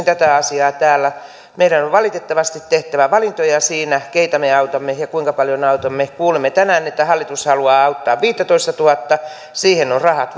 tätä asiaa täällä meidän on valitettavasti tehtävä valintoja siinä keitä me autamme ja kuinka paljon autamme kuulimme tänään että hallitus haluaa auttaa viittätoistatuhatta siihen on rahat